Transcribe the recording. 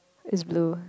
is blue